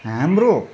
हाम्रो